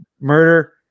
murder